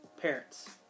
parents